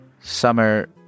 Summer